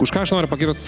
už ką aš noriu pagirt